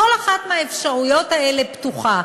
כל אחת מהאפשרויות האלה פתוחה.